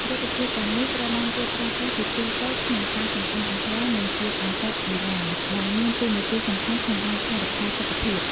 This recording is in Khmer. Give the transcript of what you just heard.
រុក្ខជាតិ ទាំងនេះ ត្រូវបានគេប្រើប្រាស់ជាទូទៅក្នុងការចម្អិនអាហារ និងជាឱសថបុរាណ ដែលមានតួនាទីសំខាន់ក្នុងការថែរក្សាសុខភាព។